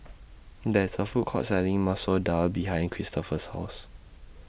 There IS A Food Court Selling Masoor Dal behind Christopher's House